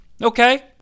Okay